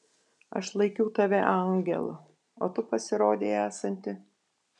aš laikiau tave angelu o tu pasirodei esanti